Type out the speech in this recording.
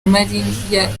mariya